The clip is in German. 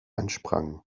ansprangen